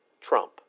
Trump